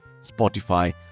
Spotify